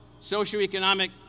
socioeconomic